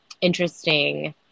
interesting